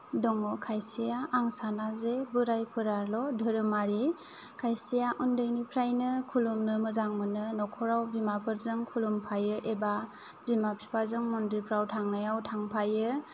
दङ खायसेया आं साना जे बोरायफोराल' धोरोमारि खायसेया उन्दैनिफ्रायनो खुलुमनो मोजां मोनो न'खराव बिमाफोरजों खुलुमफायो एबा बिमा बिफाजों मन्दिरफ्राव थांनायाव थांफायो